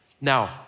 Now